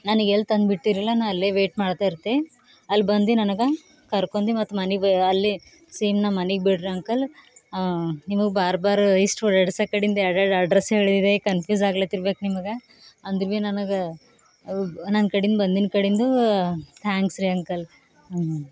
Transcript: ನನಗೆ ಎಲ್ಲಿ ತಂದು ಬಿಟ್ಟಿರಲ್ಲ ನಾನು ಅಲ್ಲೇ ವೇಟ್ ಮಾಡ್ತಾ ಇರ್ತೆ ಅಲ್ಲಿ ಬಂದು ನನಗೆ ಕರ್ಕೊಂಡಿ ಮತ್ತು ಮನಿಗೆ ಅಲ್ಲಿ ಸೇಮ್ ನಮ್ಮ ಮನಿಗೆ ಬಿಡಿರಿ ಅಂಕಲ್ ನಿಮಗೆ ಬಾರ್ ಬಾರ್ ಇಷ್ಟು ಓಡಾಡಿಸೋ ಕಡಿಂದು ಎರಡು ಎರಡು ಅಡ್ರೆಸ್ ಹೇಳಿ ಕನ್ಫ್ಯೂಸ್ ಆಗ್ಲತಿರ್ಬೇಕು ನಿಮಗೆ ಅಂದ್ರ ಭೀ ನನಗೆ ನನ್ನ ಕಡಿಂದು ಬಂದಿನ ಕಡಿಂದು ಥ್ಯಾಂಕ್ಸ್ ರೀ ಅಂಕಲ್